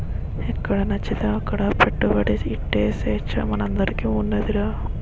ఎక్కడనచ్చితే అక్కడ పెట్టుబడి ఎట్టే సేచ్చ మనందరికీ ఉన్నాదిరా